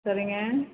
சரிங்க